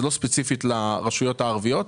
לא ספציפית לרשויות הערביות,